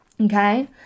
okay